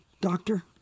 Doctor